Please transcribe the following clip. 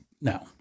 no